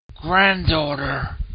granddaughter